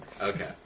Okay